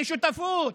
בשותפות,